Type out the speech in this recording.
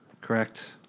Correct